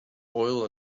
oil